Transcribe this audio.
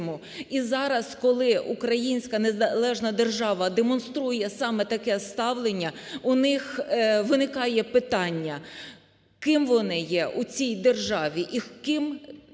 І зараз, коли українська незалежна держава демонструє саме таке ставлення, у них виникає питання, ким вони є у цій державі і ким